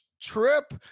trip